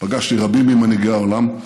פגשתי רבים ממנהיגי העולם,